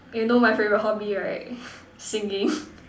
you know my favourite hobby right singing